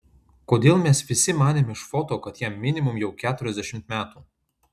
kodėl mes visi manėm iš foto kad jam minimum jau keturiasdešimt metų